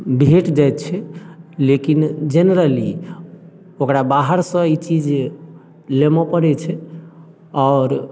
भेट जाइ छै लेकिन जेनरली ओकरा बाहरसँ ई चीज लेबऽ पड़ै छै आओर